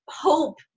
hope